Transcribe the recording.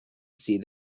see